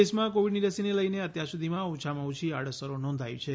દેશમાં કોવિડની રસીને લઈને અત્યાર સુધીમાં ઓછામાં ઓછી આડઅસરો નોંધાઈ છે